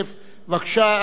אחריו, אורי אריאל.